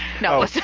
No